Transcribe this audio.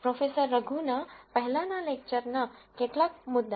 professor રઘુના પહેલાના લેકચરના કેટલાક મુખ્ય મુદ્દા